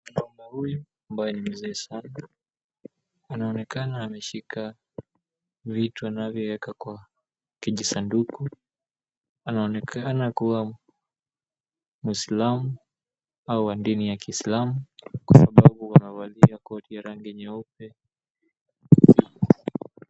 Mama huyu ambae ni mzee sana anaonekana ameshika vitu anavyoeka kwa kijisanduku anaonekana kua muislamu au wa dini ya kiislamu kwa sababu amevalia koti ya rangi nyeupe.